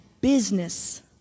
business